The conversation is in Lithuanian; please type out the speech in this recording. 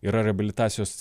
yra reabilitacijos